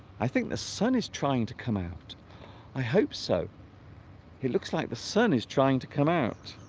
i think the sun is trying to come out i hope so it looks like the sun is trying to come out